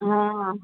हाँ हाँ